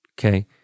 Okay